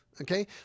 Okay